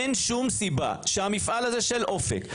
אין שום סיבה שהמפעל הזה של אופק,